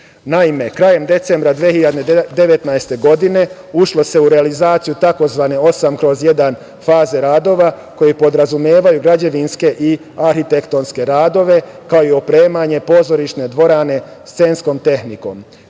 Naime, krajem decembra 2019. godine ušlo se u realizaciju tzv. 8/1 faze radova koji podrazumevaju građevinske i arhitektonske radove, kao i opremanje pozorišne dvorane scenskom tehnikom.